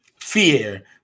Fear